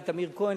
לטמיר כהן,